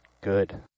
good